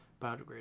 biodegradable